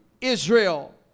Israel